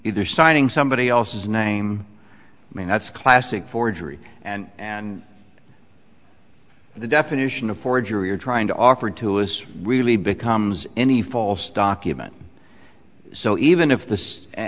either signing somebody else's name i mean that's classic forgery and the definition of forgery or trying to offer to us really becomes any false document so even if this and